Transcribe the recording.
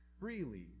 freely